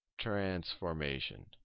transformation